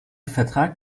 vertrag